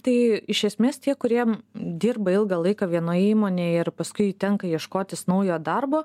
tai iš esmės tie kurie dirba ilgą laiką vienoj įmonėj ir paskui tenka ieškotis naujo darbo